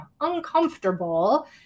uncomfortable